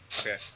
Okay